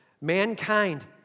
mankind